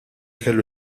kellu